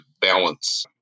balance